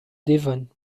devon